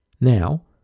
Now